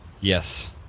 Yes